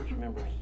members